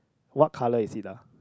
what colour is it ah